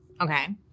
Okay